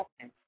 Okay